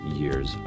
years